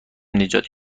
نجات